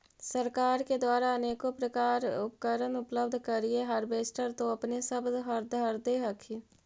सरकार के द्वारा अनेको प्रकार उपकरण उपलब्ध करिले हारबेसटर तो अपने सब धरदे हखिन?